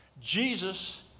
Jesus